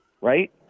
Right